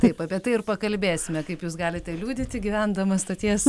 taip apie tai ir pakalbėsime kaip jūs galite liudyti gyvendamas stoties